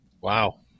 wow